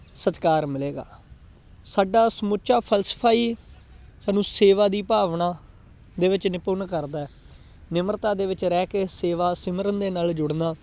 ਸਤਿਕਾਰ ਮਿਲੇਗਾ ਸਾਡਾ ਸਮੁੱਚਾ ਫਲਸਫਾ ਹੀ ਸਾਨੂੰ ਸੇਵਾ ਦੀ ਭਾਵਨਾ ਦੇ ਵਿੱਚ ਨਿਪੁੰਨ ਕਰਦਾ ਨਿਮਰਤਾ ਦੇ ਵਿੱਚ ਰਹਿ ਕੇ ਸੇਵਾ ਸਿਮਰਨ ਦੇ ਨਾਲ ਜੁੜਨਾ